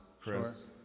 Chris